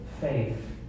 faith